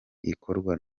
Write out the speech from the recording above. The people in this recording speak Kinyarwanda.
ikorwa